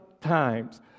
times